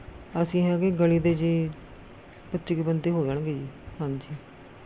ਅਸੀਂ ਹੈਗੇ ਗਲੀ ਦੇ ਜੇ ਪੱਚੀ ਕੁ ਬੰਦੇ ਹੋ ਜਾਣਗੇ ਜੀ ਹਾਂਜੀ